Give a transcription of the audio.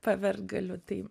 pavergt galiu tai